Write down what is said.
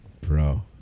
Bro